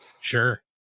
Sure